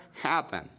happen